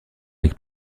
avec